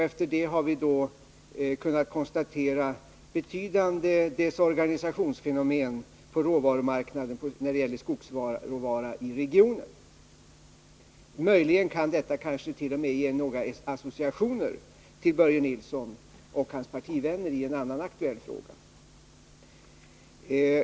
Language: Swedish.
Efter det har vi kunnat konstatera betydande desorganisationsfenomen på skogsråvarumarknaden i regionen. Detta kan kanske ge några associationer till Börje Nilsson och hans partivänner i en annan aktuell fråga.